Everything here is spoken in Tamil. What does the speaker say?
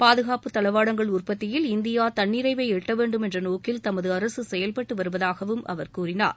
பாதுகாப்பு தளவாடங்கள் உற்பத்தியில் இந்தியா தன்னிறைவை எட்ட வேண்டும் என்ற நோக்கில் தமது அரசு செயல்பட்டு வருவதாகவும் அவர் கூறினார்